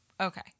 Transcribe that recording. Okay